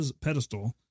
pedestal